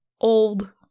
old